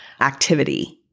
activity